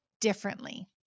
differently